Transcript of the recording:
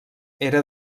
era